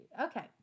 Okay